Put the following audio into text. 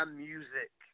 music